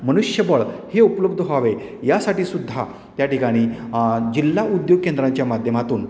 मनुष्यबळ हे उपलब्ध व्हावे यासाठीसुद्धा त्या ठिकाणी जिल्हा उद्योग केंद्रांच्या माध्यमातून